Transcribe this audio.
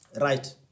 Right